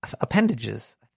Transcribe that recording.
appendages